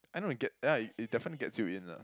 I don't get ya it definitely gets you in lah